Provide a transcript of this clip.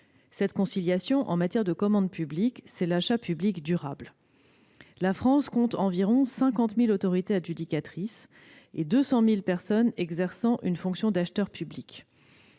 cette conciliation, en matière de commande publique, c'est l'achat public durable. La France compte environ 50 000 autorités adjudicatrices et 200 000 personnes exerçant une fonction d'acheteur public.